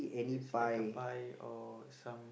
is like a pie or some